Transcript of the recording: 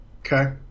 Okay